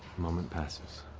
moment passes.